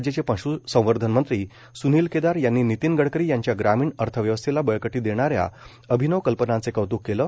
राज्याचे पशुसंवर्धन मंत्री सुनील केदार यांनी नितीन गडकरी यांच्या ग्रामीण अर्थव्यवस्थेला बळकटी देणाऱ्या अभिनव कल्पनांचे कौत्क केलं